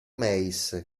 meis